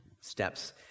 steps